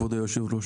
כבוד היושב-ראש,